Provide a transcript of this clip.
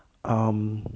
um